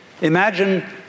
imagine